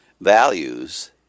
values